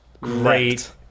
Great